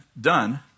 done